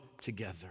together